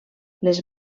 les